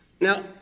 Now